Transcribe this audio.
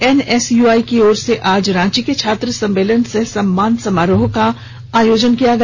NSUI की ओर से आज रांची के छात्र सम्मेलन सह सम्मान समारोह का आयोजन किया गया